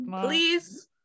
please